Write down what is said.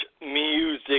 music